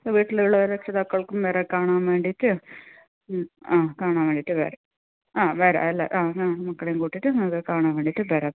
വീട്ടിലുള്ള രക്ഷിതാക്കൾക്കും വേറെ കാണാൻ വേണ്ടിയിട്ട് ഉം ആ കാണാൻ വേണ്ടിയിട്ട് വരാം ആ വരാം അല്ലേ ആ ആ മക്കളെയും കൂട്ടിയിട്ട് നാളെ കാണാൻ വേണ്ടിയിട്ട് വരാം